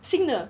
新的